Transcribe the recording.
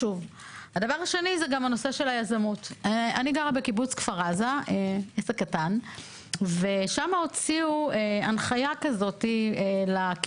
לכיור אוסף שקיות שימו אצלנו וכל מי ששכח לוקח מהמאגר הזה.